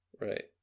right